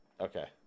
Okay